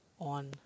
on